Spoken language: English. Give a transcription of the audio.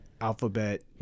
alphabet